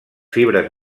fibres